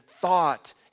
thought